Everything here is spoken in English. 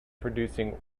producing